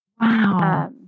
Wow